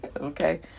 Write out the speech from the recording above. Okay